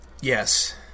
Yes